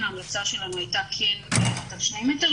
ההמלצה שלנו הייתה כן ללכת שני מטר,